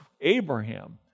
Abraham